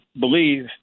believe